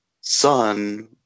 son